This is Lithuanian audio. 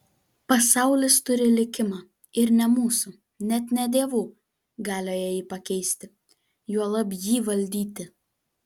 pasaulis turi likimą ir ne mūsų net ne dievų galioje jį pakeisti juolab jį valdyti